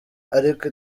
ariko